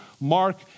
Mark